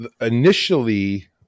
initially